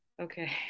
Okay